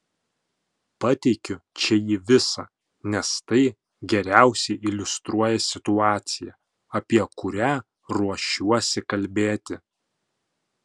pateikiu čia jį visą nes tai geriausiai iliustruoja situaciją apie kurią ruošiuosi kalbėti